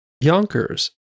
Yonkers